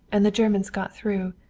and the germans got through.